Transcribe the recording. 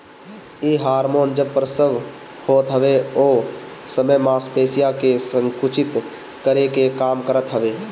इ हार्मोन जब प्रसव होत हवे ओ समय मांसपेशियन के संकुचित करे के काम करत हवे